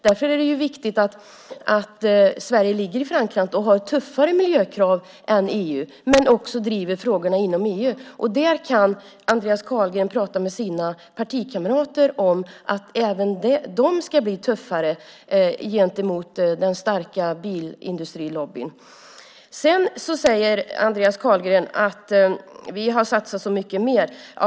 Därför är det viktigt att Sverige ligger i framkant och har tuffare miljökrav än EU men också att Sverige driver frågorna inom EU. Där kan Andreas Carlgren tala med sina partikamrater om att även de ska bli tuffare gentemot den starka bilindustrilobbyn. Andreas Carlgren säger att man har satsat så mycket mer.